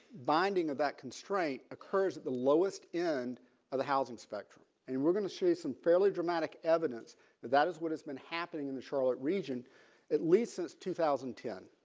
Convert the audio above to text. binding of that constraint occurs at the lowest end of the housing spectrum. and we're gonna see some fairly dramatic evidence that that is what has been happening in the charlotte region at least since two thousand and ten